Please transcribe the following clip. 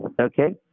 okay